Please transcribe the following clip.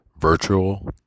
virtual